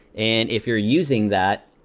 and if you're using that,